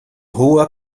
hoher